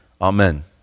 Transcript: Amen